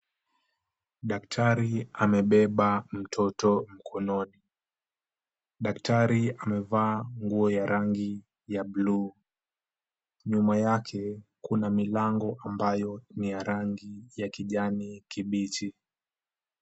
Daktari amebeba mtoto mkononi. Daktari amevaa nguo ya rangi ya blue . Nyuma yake kuna milango ambayo ni ya rangi ya kijani kibichi.